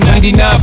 99